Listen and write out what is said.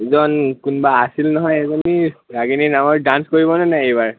এজন কোনোবা আছিল নহয় এজনী ৰাাগিনী নামৰ ডান্স কৰিবনে নাই এইবাৰ